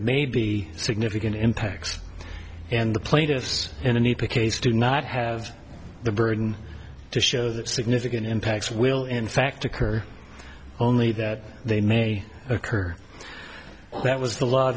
may be significant impacts and the plaintiffs in an e p case do not have the burden to show that significant impacts will in fact occur only that they may occur that was the law